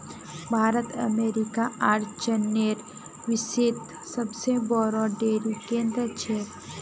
भारत अमेरिकार आर चीनेर विश्वत सबसे बोरो डेरी केंद्र छेक